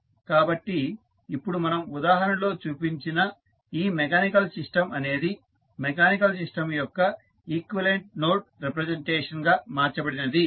కాబట్టి ఇప్పుడు మనం ఉదాహరణలో చూసిన ఈ మెకానికల్ సిస్టం అనేది మెకానికల్ సిస్టం యొక్క ఈక్వివలెంట్ నోడ్ రిప్రజెంటేషన్ గా మార్చబడినది